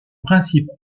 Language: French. principes